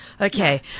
Okay